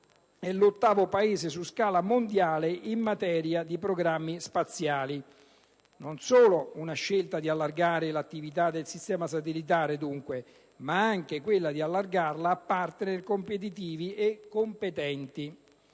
è l'ottavo Paese su scala mondiale in materia di programmi spaziali. Non solo si compie la scelta di allargare l'attività del sistema satellitare, dunque, ma anche di allargarla a *partner* competitivi e competenti.